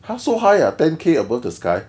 !huh! so high ah ten K above the sky